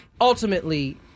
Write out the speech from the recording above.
ultimately